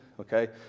okay